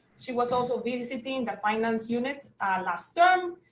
she was also visiting the finance unit last term.